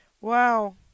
Wow